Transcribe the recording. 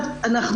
דבר ראשון,